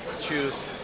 choose